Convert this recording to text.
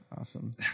awesome